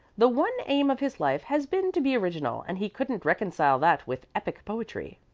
the one aim of his life has been to be original, and he couldn't reconcile that with epic poetry.